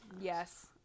Yes